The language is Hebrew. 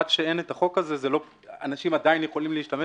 עד שאין החוק הזה אנשים עדיין יכולים להשתמש